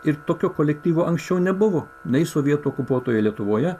ir tokio kolektyvo anksčiau nebuvo nei sovietų okupuotoje lietuvoje